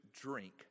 drink